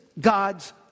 God's